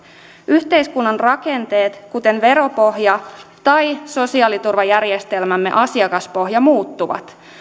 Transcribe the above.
yhteiskunnan rakenteet kuten veropohja tai sosiaaliturvajärjestelmämme asiakaspohja muuttuvat